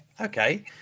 Okay